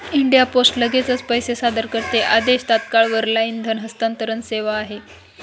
India Post लगेचच पैसे सादर करते आदेश, तात्काळ वर लाईन धन हस्तांतरण सेवा आहे